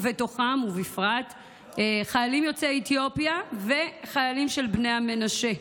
ובתוכם בפרט חיילים יוצאי אתיופיה וחיילים של בני המנשה,